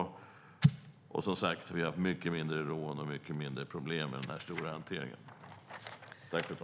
Vi har som sagt haft mycket färre rån och mindre problem med de stora hanteringarna.